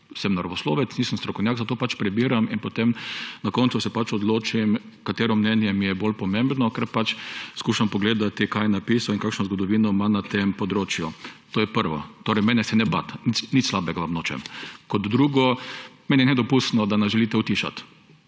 Sem naravoslovec, nisem strokovnjak, zato pač prebiram in se na koncu odločim, katero mnenje mi je bolj pomembno, ker skušam pogledati, kaj je kdo napisal in kakšno zgodovino ima na tem področju. To je prvo. Mene se ne bati, nič slabega vam nočem. Kot drugo. Meni je nedopustno, da nas želite utišati,